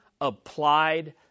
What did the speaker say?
applied